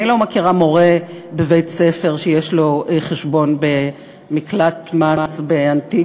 אני לא מכירה מורה בבית-ספר שיש לו חשבון מקלט מס באנטיגואה,